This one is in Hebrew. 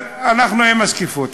אנחנו עם השקיפות.